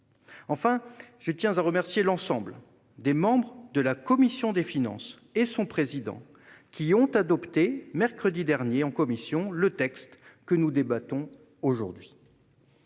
Enfin, je tiens à remercier l'ensemble des membres de la commission des finances et son président, qui ont adopté mercredi dernier en commission le texte que nous débattons aujourd'hui.